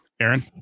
Aaron